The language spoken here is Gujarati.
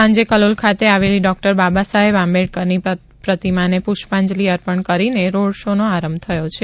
સાંજે કલોલ ખાતે આવેલી ડોકટર બાબા સાહેબ આંબેડકરની પ્રતિમાને પુષ્પાંજલી અર્પણ કરીને રોડ શો નો આરંભ થયો છે